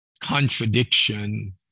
contradiction